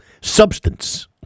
Substance